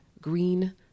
green